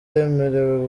yemerewe